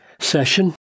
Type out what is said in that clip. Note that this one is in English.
session